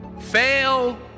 Fail